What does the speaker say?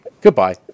goodbye